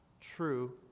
true